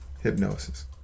hypnosis